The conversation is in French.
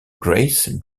grace